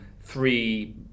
three